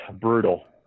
brutal